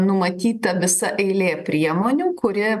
numatyta visa eilė priemonių kuri